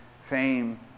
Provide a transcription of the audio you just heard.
fame